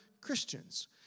Christians